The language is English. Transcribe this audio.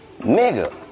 Nigga